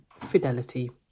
fidelity